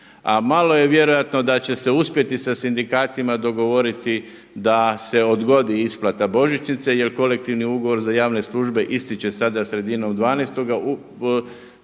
a malo je vjerojatno da će uspjeti sa sindikatima dogovoriti da se odgodi isplata Božićnice jer kolektivni ugovor za javne službe ističe sada sredinom 12.,